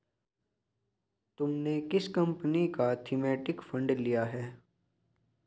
तुमने किस कंपनी का थीमेटिक फंड लिया है?